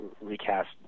recast